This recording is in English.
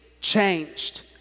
changed